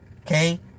okay